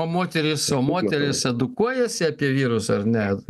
o moterys o moterys edukuojasi apie vyrus ar ne